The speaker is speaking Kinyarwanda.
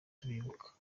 tubibuka